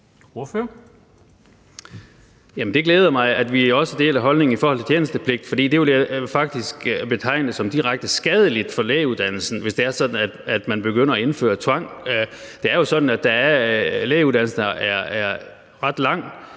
Det glæder mig, at vi også deler holdning i forhold til tjenestepligt, for jeg vil faktisk betegne det som direkte skadeligt for lægeuddannelsen, hvis det er sådan, at man begynder at indføre tvang. Det er jo sådan,